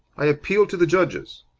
i appeal to the judges.